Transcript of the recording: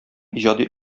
иҗади